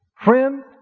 Friend